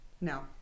no